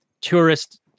tourist